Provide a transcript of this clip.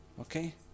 Okay